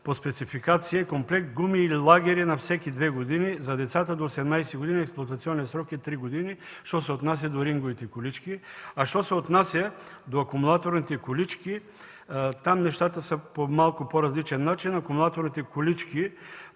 по спецификация, комплект гуми или лагери на всеки две години, за децата до 18 години експлоатационният срок е три години – що се отнася до ринговите колички. Що се отнася до акумулаторните колички, там нещата са по малко по-различен начин. За акумулаторните колички